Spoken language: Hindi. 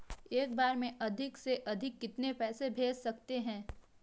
एक बार में अधिक से अधिक कितने पैसे भेज सकते हैं?